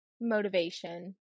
motivation